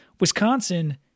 Wisconsin